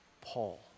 Paul